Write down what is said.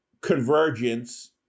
convergence